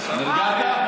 נרגעת?